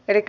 erik